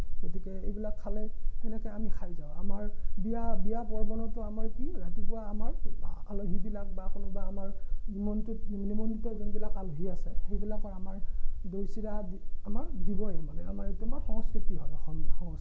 গতিকে এইবিলাক খালে সেনেকে আমি খাই যাওঁ আমাৰ বিয়া বিয়া পৰ্বনতো আমাৰ কি ৰাতিপুৱা আমাৰ আলহীবিলাক বা কোনোবা আমাৰ নিমন্ত্ৰিত নিমন্ত্ৰিত যোনবিলাক আলহী আছে সেইবিলাকৰ আমাৰ দৈ চিৰা আমাৰ দিবই মানে আমাৰ এইটো আমাৰ সংস্কৃতি হয় অসমীয়া সংস্কৃতি